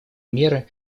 меры